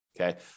Okay